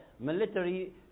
Military